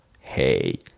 hey